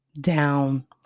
down